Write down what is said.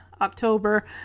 October